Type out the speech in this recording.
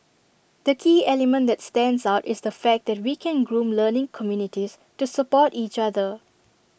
the key element that stands out is the fact that we can groom learning communities to support each other